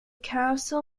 council